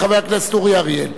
לחבר הכנסת אורי אריאל.